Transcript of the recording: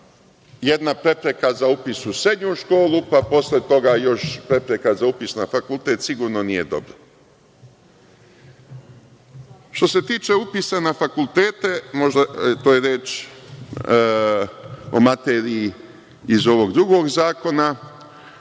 jedna prepreka za upis u srednju školu, pa posle toga još prepreka za upis na fakultet, sigurno nije dobro. Što se tiče upisa na fakultete, reč je o materiji iz ovog drugog zakona,